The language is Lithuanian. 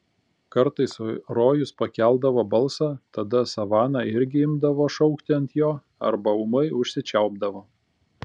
kartais rojus pakeldavo balsą tada savana irgi imdavo šaukti ant jo arba ūmai užsičiaupdavo